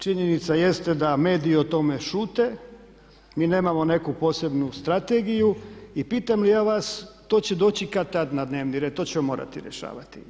Činjenica jeste da mediji o tome šute, mi nemamo nekakvu posebnu strategiju i pitam li ja vas to će doći kad-tad na dnevni red, to ćemo morati rješavati.